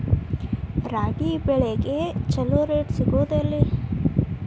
ರಾಗಿ ಬೆಳೆಗೆ ಛಲೋ ರೇಟ್ ಸಿಗುದ ಎಲ್ಲಿ?